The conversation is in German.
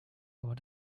aber